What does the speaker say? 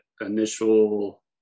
initial